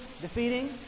defeating